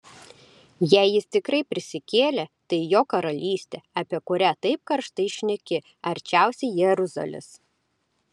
jei jis tikrai prisikėlė tai jo karalystė apie kurią taip karštai šneki arčiausiai jeruzalės